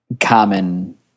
common